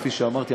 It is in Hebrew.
כפי שאמרתי,